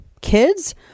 kids